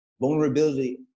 Vulnerability